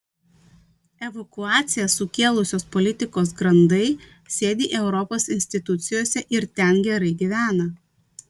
evakuaciją sukėlusios politikos grandai sėdi europos institucijose ir ten gerai gyvena